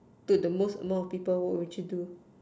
to the most amount of people what would you do